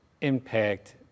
impact